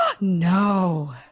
No